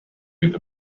with